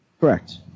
Correct